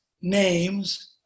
names